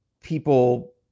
people